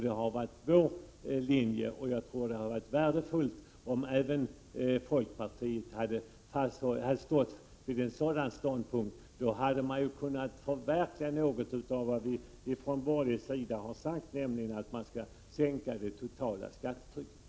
Det har varit vår linje, och jag tror att det hade varit värdefullt om folkpartiet intagit samma ståndpunkt. Då hade man kunnat förverkliga något av vad vi från borgerlig sida har sagt, nämligen att man skall sänka det totala skattetrycket.